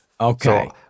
Okay